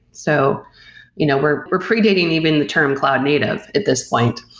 so you know we're we're predating even the term cloud native at this point.